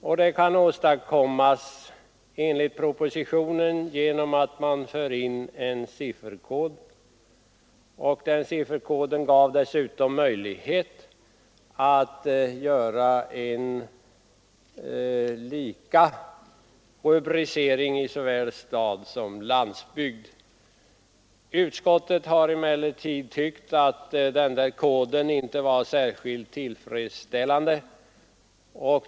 Enligt propositionen kan detta åstadkommas genom att man för in en sifferkod som också möjliggör en lika rubricering i stad som på landsbygd. Utskottet har emellertid tyckt att den koden inte var tillfredsställande.